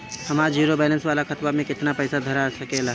हमार zero balance वाला खतवा म केतना पईसा धरा सकेला?